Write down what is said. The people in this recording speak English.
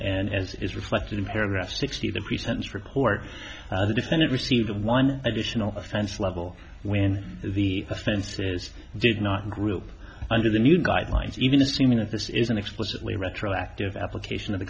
and as is reflected in paragraph sixty of the pre sentence report the defendant received one additional offense level when the offenses did not group under the new guidelines even assuming that this is an explicitly retroactive application of the